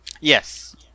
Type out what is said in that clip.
Yes